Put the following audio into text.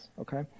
okay